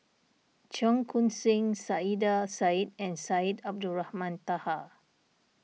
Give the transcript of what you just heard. Cheong Koon Seng Saiedah Said and Syed Abdulrahman Taha